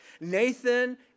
Nathan